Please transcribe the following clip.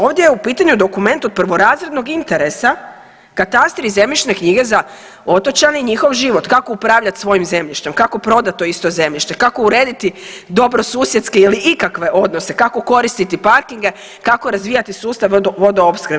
Ovdje je u pitanju dokument od prvorazrednog interesa, katastri i zemljišne knjige za otočane i njihov život kako upravljati svojim zemljištem, kako prodati to isto zemljište, kako urediti dobrosusjedske ili ikakve odnose, kako koristiti parkinge, kako razvijati sustav vodo opskrbe.